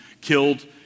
killed